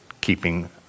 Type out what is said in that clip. keeping